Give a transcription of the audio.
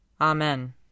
Amen